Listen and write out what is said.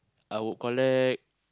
I would collect